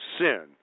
sin